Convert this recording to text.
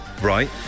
Right